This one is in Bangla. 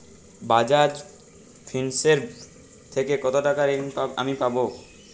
বাজাজ ফিন্সেরভ থেকে কতো টাকা ঋণ আমি পাবো?